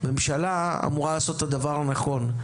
ממשלה אמורה לעשות את הדבר הנכון,